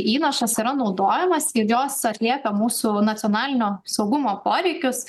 įnašas yra naudojamas ir jos atlieka mūsų nacionalinio saugumo poreikius